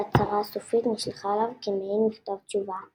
וההצהרה הסופית נשלחה אליו כמעין מכתב תשובה.